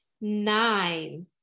Nine